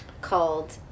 called